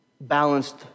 balanced